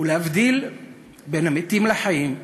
ולהבדיל בין המתים לחיים,